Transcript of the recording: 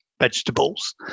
vegetables